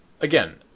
again